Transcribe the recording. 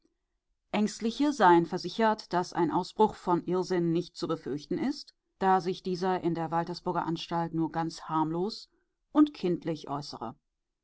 ängstliche seien versichert daß ein ausbruch von irrsinn nicht zu befürchten ist da sich dieser in der waltersburger anstalt nur ganz harmlos und kindlich äußere